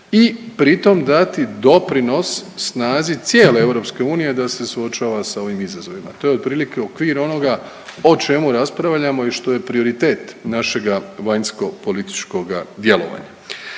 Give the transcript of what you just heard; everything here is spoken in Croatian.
i pri tome dati doprinos snazi cijele Europske unije da se suočava sa ovim izazovima. To je otprilike okvir onoga o čemu raspravljamo i što je prioritet našega vanjskopolitičkoga djelovanja.